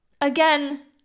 Again